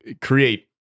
create